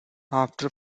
after